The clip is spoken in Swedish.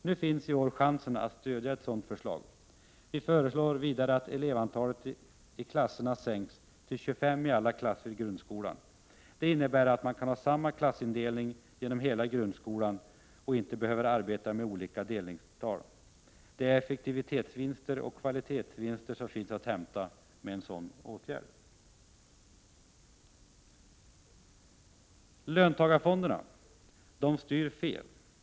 Nu finns chansen att stödja ett sådant förslag. Vi föreslår vidare att elevantalet i klasserna sänks till 25 i alla klasser i grundskolan. Det innebär att man kan ha samma klassindelning genom hela grundskolan och inte behöver arbeta med olika delningstal. Det finns effektivitetsvinster och kvalitetsvinster att hämta med en sådan åtgärd. Löntagarfonder styr fel.